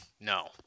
no